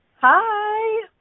Hi